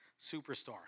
Superstar